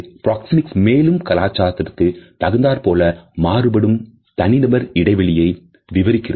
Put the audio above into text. proxemics மேலும் கலாச்சாரத்திற்கு தகுந்தாற்போல மாறுபடும் தனிநபர் இடைவெளியை விவரிக்கின்றது